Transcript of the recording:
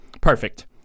perfect